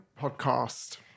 podcast